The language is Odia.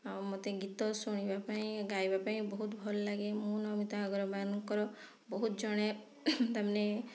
ଆଉ ମୋତେ ଗୀତ ଶୁଣିବା ପାଇଁ ଗାଇବା ପାଇଁ ବହୁତ ଭଲ ଲାଗେ ମୁଁ ନମିତା ଅଗ୍ରୱାଲଙ୍କର ବହୁତ ଜଣେ ତା ମାନେ